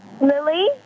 Lily